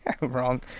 wrong